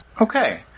Okay